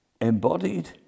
Embodied